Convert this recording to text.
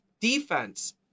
defense